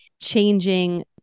changing